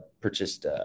purchased